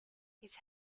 his